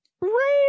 right